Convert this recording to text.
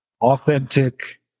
authentic